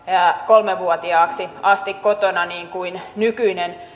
kolmevuotiaaksi asti kotona niin kuin nykyinen